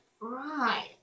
Right